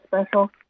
special